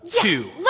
two